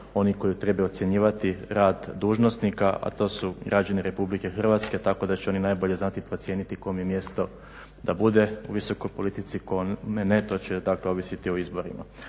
onih koji trebaju ocjenjivati rad dužnosnika a to su građani RH tako da će oni najbolje znati procijeniti kome je mjesto da bude u visokoj politici, kome ne? To će dakle ovisiti o izborima.